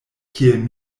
kiel